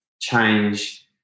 change